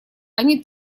они